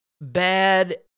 bad